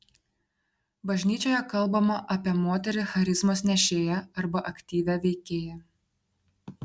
bažnyčioje kalbama apie moterį charizmos nešėją arba aktyvią veikėją